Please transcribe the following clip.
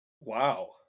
Wow